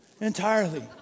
entirely